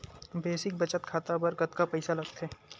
Basic बचत खाता बर कतका पईसा लगथे?